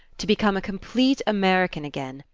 to become a complete american again,